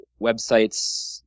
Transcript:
websites